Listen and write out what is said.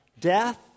death